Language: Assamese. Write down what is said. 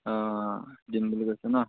অঁ দিম বুলি কৈছে ন